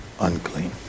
unclean